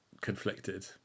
conflicted